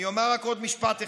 אני אומר רק עוד משפט אחד: